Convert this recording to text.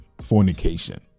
fornication